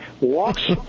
walks